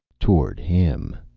toward him.